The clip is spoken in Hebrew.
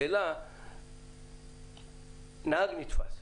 נהג נתפס,